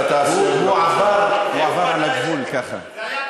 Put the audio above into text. ישראלי, וגם לעמוד נגד הצבא, כמו